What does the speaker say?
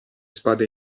spade